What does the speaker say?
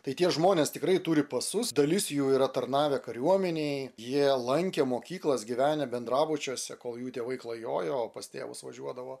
tai tie žmonės tikrai turi pasus dalis jų yra tarnavę kariuomenėj jie lankė mokyklas gyvenę bendrabučiuose kol jų tėvai klajojo o pas tėvus važiuodavo